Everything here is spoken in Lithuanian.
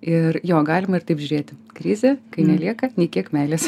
ir jo galima ir taip žiūrėti krizė kai nelieka nei kiek meilės